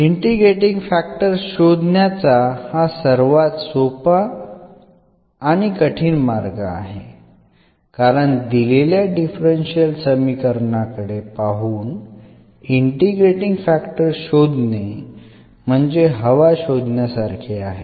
integrating factor शोधण्याचा हा सर्वात सोपा आणि कठीण मार्ग आहे कारण दिलेल्या डिफरन्शियल समीकरणाकडे पाहून इंटिग्रेटींग फॅक्टर शोधणे म्हणजे हवा शोधण्यासारखे आहे